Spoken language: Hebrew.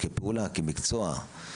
כפעולה, כמקצוע.